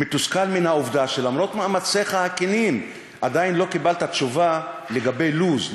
מתוסכל מן העובדה שלמרות מאמציך הכנים עדיין לא קיבלת תשובה לגבי לו"ז,